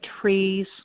trees